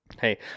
Hey